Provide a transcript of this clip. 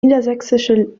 niedersächsische